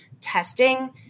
testing